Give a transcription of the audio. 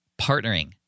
partnering